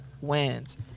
Wins